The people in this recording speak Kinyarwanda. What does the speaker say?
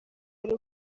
ari